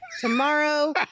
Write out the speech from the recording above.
tomorrow